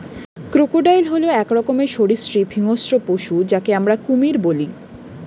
crocodile হল এক রকমের সরীসৃপ হিংস্র পশু যাকে আমরা কুমির বলি